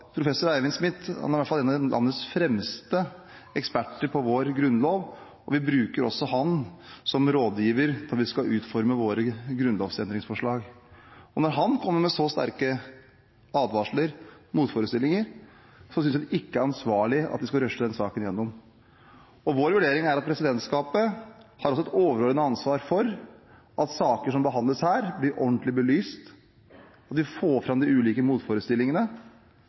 Professor Eivind Smith er en av landets fremste eksperter på vår grunnlov, vi bruker også ham som rådgiver når vi skal utforme våre forslag til grunnlovsendringer, og når han kommer med så sterke advarsler og motforestillinger, synes jeg ikke det er ansvarlig at vi skal rushe denne saken igjennom. Vår vurdering er at presidentskapet har et overordnet ansvar for at saker som behandles her, blir ordentlig belyst, at de får fram de ulike motforestillingene,